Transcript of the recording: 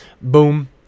Boom